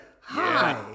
Hi